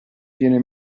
viene